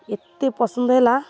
ଏତେ ପସନ୍ଦ ହେଲା